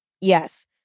Yes